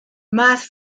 más